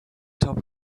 top